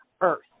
earth